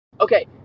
Okay